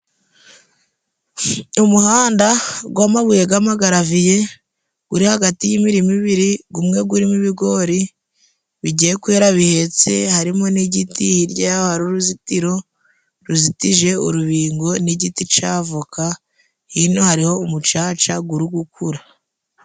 Umuhanda gw'amabuye g'amagaraviye uri hagati y'imirima ibiri ,gumwe gurimo ibigori bigiye kwera bihetse harimo n'igiti ,hirya yaho hari uruzitiro ruzitije urubingo n'igiti c'avoka, hino hariho umucaca guri gukura.